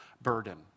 burden